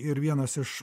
ir vienas iš